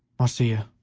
marcia,